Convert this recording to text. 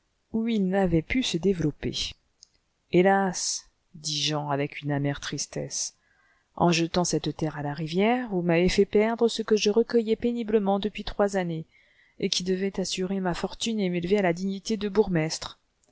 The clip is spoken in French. où ils n'avaient pu se développer hélas dit jean avec une amèretristesse en jetant cette terre à la rivière vous m'avez fait perdre ce que je recueillais péniblement depuis trois années et qui devait assurer ma fortune et m'élever à la dignité de bourgmestre